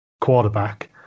quarterback